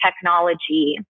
technology